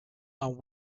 and